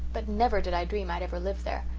but never did i dream i'd ever live there.